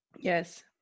Yes